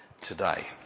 today